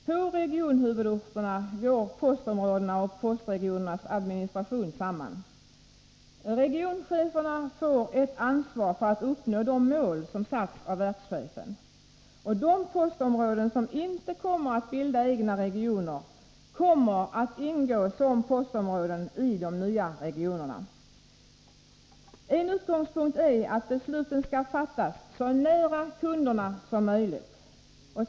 På regionhuvudorterna går postområdena och postregionernas administration samman. Regioncheferna får ett ansvar för att uppnå de mål som satts av verkschefen. De postområden som inte kommer att bilda egna regioner kommer att ingå som postområden i de nya regionerna. En utgångspunkt är att besluten skall fattas så nära kunderna som möjligt.